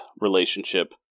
relationship